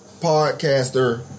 podcaster